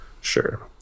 sure